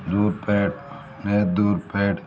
దూద్ పేడ నేతి దూద్ పేడ